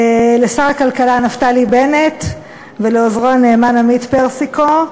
לשר הכלכלה נפתלי בנט ולעוזרו הנאמן עמית פרסיקו,